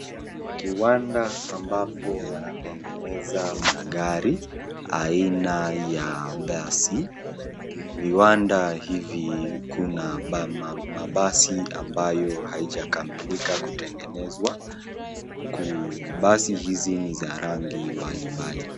Kiwanda ambapo wanatengeneza magari aina ya basi. Viwanda hizi kuna mabasi ambayo haijakamilika kutengenezwa. Basi hizi ni za rangi mbali mbali.